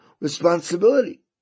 responsibility